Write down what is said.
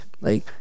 like-